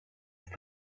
have